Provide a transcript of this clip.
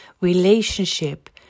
relationship